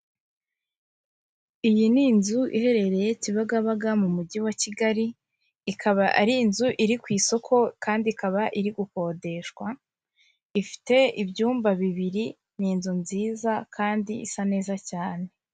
Iyi ni inzu iherereye kibagabaga mu mujyi wa Kigali ikaba ari inzu iri ku isoko kandi ikaba iri gukodeshwa. Ifite ibyumba bibiri ni inzu nziza kandi isa neza cyane.